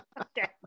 Okay